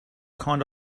kind